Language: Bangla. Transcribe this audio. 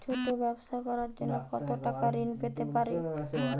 ছোট ব্যাবসা করার জন্য কতো টাকা ঋন পেতে পারি?